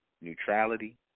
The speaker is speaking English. neutrality